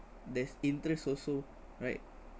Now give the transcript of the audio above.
there's interest also right